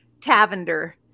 Tavender